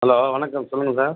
hello வணக்கம் சொல்லுங்கள் sir